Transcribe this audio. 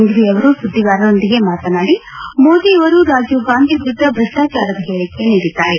ಸಿಂಫ್ವಿ ಅವರು ಸುದ್ದಿಗಾರರೊಂದಿಗೆ ಮಾತನಾಡಿ ಮೋದಿ ಅವರು ರಾಜೀವ್ಗಾಂಧಿ ವಿರುದ್ದ ಭ್ರಷ್ಲಾಚಾರದ ಹೇಳಿಕೆ ನೀಡಿದ್ದಾರೆ